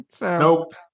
Nope